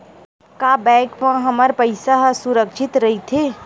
का बैंक म हमर पईसा ह सुरक्षित राइथे?